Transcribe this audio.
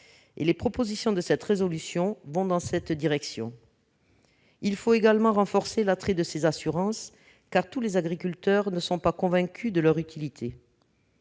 Les propositions contenues dans le présent texte vont dans cette direction. Il faut également renforcer l'attrait des assurances récolte, car tous les agriculteurs ne sont pas convaincus de leur utilité.